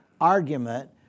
argument